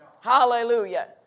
Hallelujah